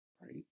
Right